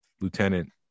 lieutenant